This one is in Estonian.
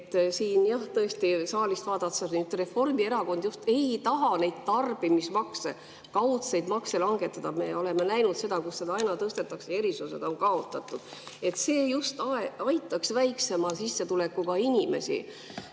saalist vaadates, Reformierakond ei taha tarbimismakse, kaudseid makse langetada. Me oleme näinud seda, kus neid aina tõstetakse, erisused on kaotatud. See aitaks aga just väiksema sissetulekuga inimesi,